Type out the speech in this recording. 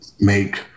make